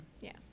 Yes